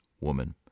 woman